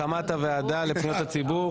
הקמת הוועדה לפניות הציבור.